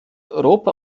europa